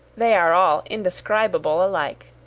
they are all indescribable alike.